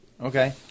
Okay